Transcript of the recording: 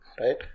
right